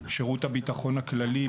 שירות הביטחון הכללי,